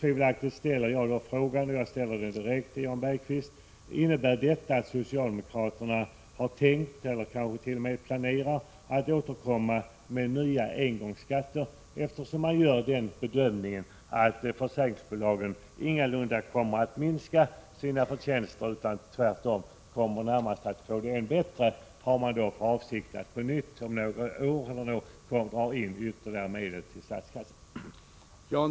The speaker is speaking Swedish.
Innebär det, Jan Bergqvist, att socialdemokraterna har tänkt, eller t.o.m. planerat, att återkomma med nya engångsskatter? Man gör ju bedömningen att försäkringsbolagen ingalunda kommer att minska sina förtjänster, utan tvärtom närmast kommer att få det ännu bättre. Har man för avsikt att om några år på nytt dra in ytterligare medel till statskassan?